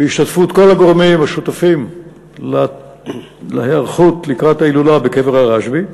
בהשתתפות כל הגורמים השותפים להיערכות לקראת ההילולה בקבר הרשב"י.